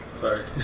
Sorry